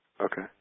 Okay